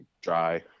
dry